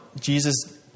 Jesus